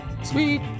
Sweet